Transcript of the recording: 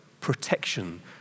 protection